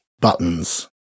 buttons